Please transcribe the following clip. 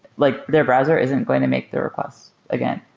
like their browser isn't going to make the request again.